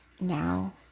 now